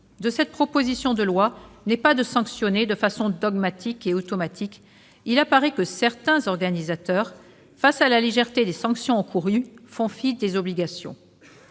de cette proposition de loi n'est pas de sanctionner de façon dogmatique et automatique, il apparaît que certains organisateurs, devant la légèreté des sanctions encourues, font fi des obligations